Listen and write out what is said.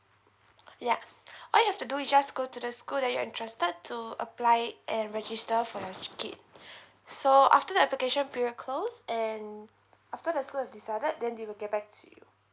ya what you have to do is just go to the school that you're interested to apply and register for your kid so after the application period closed and after the school have decided then they will get back to you